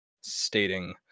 stating